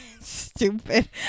stupid